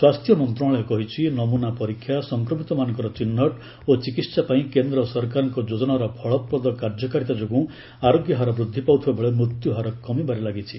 ସ୍ୱାସ୍ଥ୍ୟ ମନ୍ତ୍ରଣାଳୟ କହିଛି ନମୂନା ପରୀକ୍ଷା ସଂକ୍ରମିତମାନଙ୍କର ଚିହ୍ନଟ ଓ ଚିକିହା ପାଇଁ କେନ୍ଦ୍ର ସରକାରଙ୍କ ଯୋଜନାର ଫଳପ୍ରଦ କାର୍ଯ୍ୟକାରୀତା ଯୋଗୁଁ ଆରୋଗ୍ୟହାର ବୃଦ୍ଧି ପାଉଥିବାବେଳେ ମୃତ୍ୟୁହାର କମିବାରେ ଲାଗିଛି